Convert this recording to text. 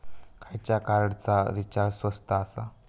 खयच्या कार्डचा रिचार्ज स्वस्त आसा?